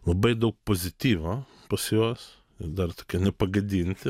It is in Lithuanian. labai daug pozityvo pas juos jie dar tokie nepagadinti